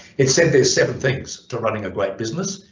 it said there's seven things to running a great business,